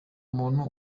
muntu